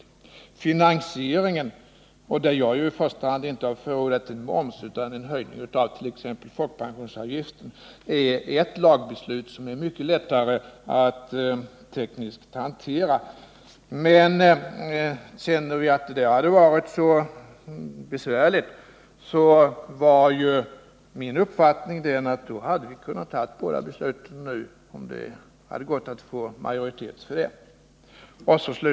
I fråga om finansieringen — där jag ju i första hand inte har förordat moms utan en höjning av t.ex. folkpensionsavgiften — är ett lagbeslut mycket lättare att tekniskt hantera. Men om vi skulle känna att det var så besvärligt, så är det min uppfattning att vi hade kunnat fatta båda besluten nu — om det hade gått att få majoritet för det.